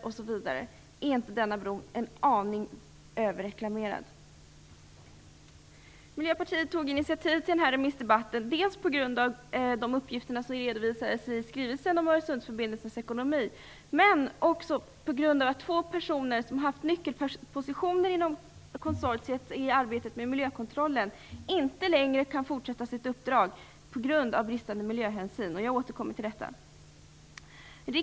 Men är inte denna bro en aning överreklamerad? Miljöpartiet tog initiativ till den här remissdebatten utifrån de uppgifter som redovisas i skrivelsen om Öresundsförbindelsens ekonomi men också utifrån det faktum att två personer som haft nyckelpositioner inom konsortiet när det gäller arbetet med miljökontrollen inte längre kan fortsätta med sitt uppdrag på grund av bristande miljöhänsyn. Jag återkommer till detta.